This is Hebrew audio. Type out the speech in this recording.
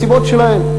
מהסיבות שלהם.